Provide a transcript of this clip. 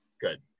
Good